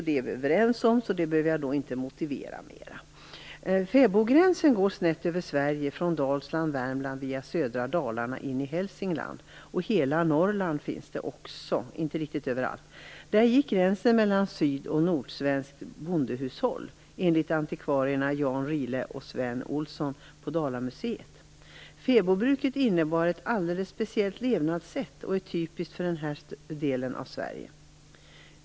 Det är vi överens om, så det behöver jag inte ytterligare motivera. Fäbodgränsen går snett över Sverige från Dalsland, Värmland, via södra Dalarna in i Hälsingland. I nästan hela Norrland finns det också. Där gick gränsen mellan syd och nordsvenskt bondehushåll, enligt antikvarierna Jan Raihle och Sven Olsson på Dalamuséet. Fäbodbruket innebar ett alldeles speciellt levnadssätt och är typiskt för den här delen av Sverige.